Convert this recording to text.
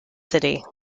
city